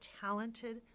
talented